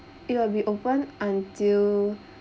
it will be open until